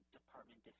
Department